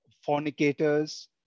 fornicators